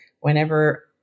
whenever